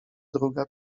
druga